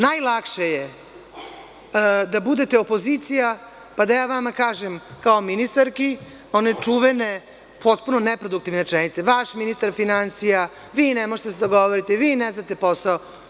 Najlakše je da budete opozicija pa da ja vama kažem kao ministarki one čuvene potpuno neproduktivne rečenice – vaš ministar finansija, vi ne možete da se dogovorite, vi ne znate posao.